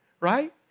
right